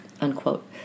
unquote